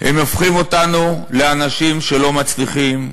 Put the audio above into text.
הם הופכים אותנו לאנשים שלא מצליחים,